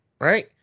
right